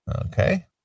Okay